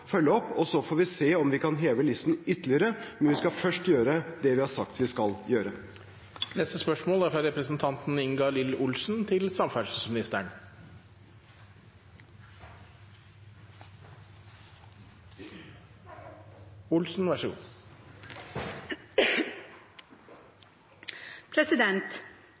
Så får vi se om vi kan heve listen ytterligere. Men vi skal først gjøre det vi har sagt vi skal gjøre. «Regjeringens politikk er å overføre ansvaret for havner fra Kystverket til